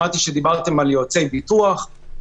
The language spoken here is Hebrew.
מיועצים בתחום הביטוח.